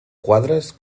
quadres